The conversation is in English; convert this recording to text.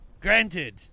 Granted